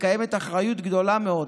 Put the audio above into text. וקיימת אחריות גדולה מאוד